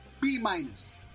B-minus